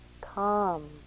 calm